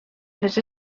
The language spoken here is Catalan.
les